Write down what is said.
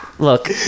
Look